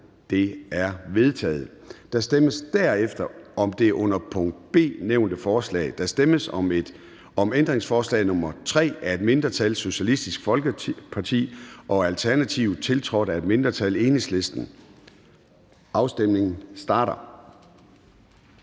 Det er vedtaget. Der stemmes derefter om det under punkt B nævnte lovforslag: Der stemmes om ændringsforslag nr. 3 af et mindretal (SF og ALT), tiltrådt af et mindretal (EL). Afstemningen starter.